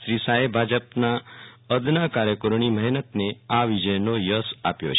શ્રી શાહે ભાજપના અદના કાર્યકરોની મહેનતને આ વિજયનો યશ આપ્યો છે